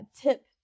tip